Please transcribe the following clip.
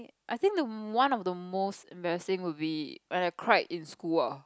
I think the one of the most embarrassing would be when I cried in school ah